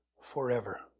forever